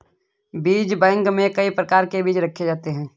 बीज बैंक में कई प्रकार के बीज रखे जाते हैं